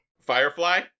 Firefly